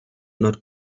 not